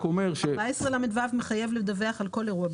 סעיף 14לו מחייב לדווח על כל אירוע בטיחותי.